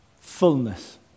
fullness